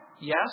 Yes